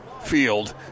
field